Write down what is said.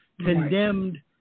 condemned